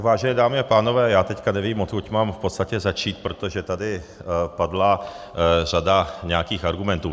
Vážené dámy a pánové, já teď nevím, odkud mám v podstatě začít, protože tady padla řada nějakých argumentů.